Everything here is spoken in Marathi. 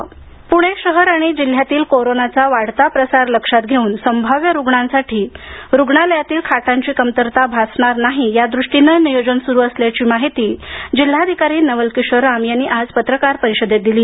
खाटा जिल्हाधिकारी पुणे शहर आणि जिल्ह्यातील कोरोनाचा वाढता प्रसार लक्षात घेऊन संभाव्य रुग्णांसाठी रुग्णालयातील खाटांची कमतरता भासणार नाही यादृष्टीनं नियोजन सुरु असल्याची माहिती जिल्हाधिकारी नवल किशोर राम यांनी आज पत्रकार परिषदेत दिली